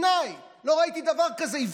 לא ראיתי דבר כזה מימיי,